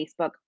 Facebook